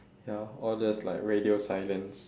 ya or there's like radio silence